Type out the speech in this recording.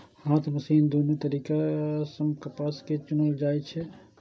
हाथ आ मशीन दुनू तरीका सं कपास कें चुनल जाइ छै